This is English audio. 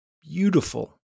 beautiful